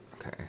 Okay